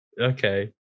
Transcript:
Okay